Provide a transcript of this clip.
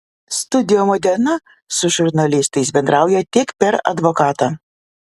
studio moderna su žurnalistais bendrauja tik per advokatą